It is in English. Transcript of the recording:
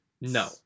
No